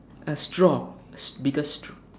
a straw bigger straw